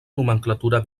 nomenclatura